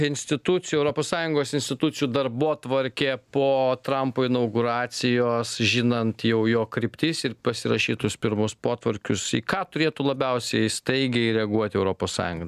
institucijų europos sąjungos institucijų darbotvarkė po trampo inauguracijos žinant jau jo kryptis ir pasirašytus pirmus potvarkius į ką turėtų labiausiai staigiai reaguoti europos sąjunga